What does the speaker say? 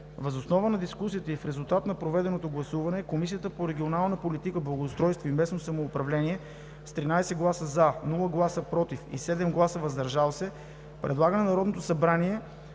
Въз основа на дискусията и в резултат на проведеното гласуване Комисията по регионална политика, благоустройство и местно самоуправление с 13 гласа „за“, без „против“ и 7 гласа „въздържал се“ предлага на Народното събрание